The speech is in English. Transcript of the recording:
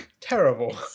Terrible